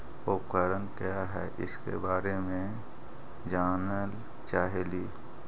उपकरण क्या है इसके बारे मे जानल चाहेली?